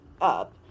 up